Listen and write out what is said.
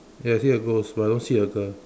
ya I see a ghost but I don't see a girl